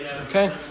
Okay